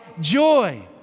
joy